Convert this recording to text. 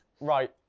right